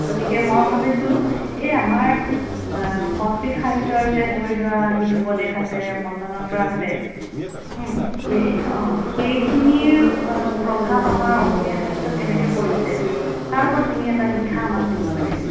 গতিকে মই ভাবিছোঁ এই আমাৰ সংস্কৃত সাহিত্যৰ যে ধৰি লোৱা সিটো প্ৰদেশ আছে পঞ্চতন্ত্ৰ আছে এই অ' সেইখিনিৰ প্ৰভাৱ আমাৰ অসমীয়া সাহিত্যত কেনেকৈ পৰিছে তাৰ ওপৰত তুমি এটা লিখা আমাক দিব লাগে